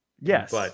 Yes